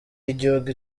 y’igihugu